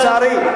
לצערי.